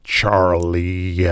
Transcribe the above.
Charlie